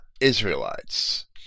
Israelites